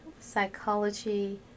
psychology